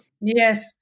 Yes